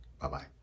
Bye-bye